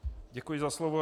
Děkuji za slovo.